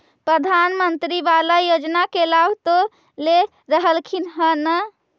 प्रधानमंत्री बाला योजना के लाभ तो ले रहल्खिन ह न?